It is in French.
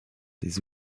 des